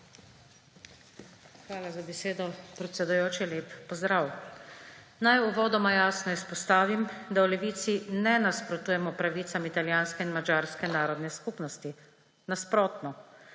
Hvala za besedo, predsedujoči. Lep pozdrav! Naj uvodoma jasno izpostavim, da v Levici ne nasprotujemo pravicam italijanske in madžarske narodne skupnosti. Nasprotno,